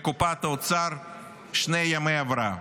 לקופת האוצר שני ימי הבראה,